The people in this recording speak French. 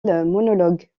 monologue